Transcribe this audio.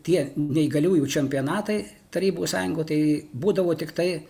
tie neįgaliųjų čempionatai tarybų sąjunga tai būdavo tiktai